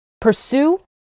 pursue